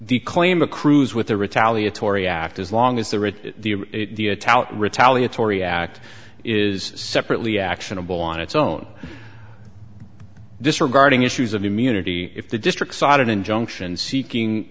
the claim a cruise with a retaliatory act as long as the writ retaliatory act is separately actionable on its own disregarding issues of immunity if the district sided injunction seeking